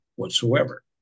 Whatsoever